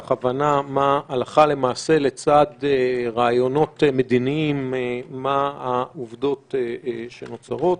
את ההבנה הלכה למעשה לצד רעיונות מדיניים בדבר העובדות שנוצרות.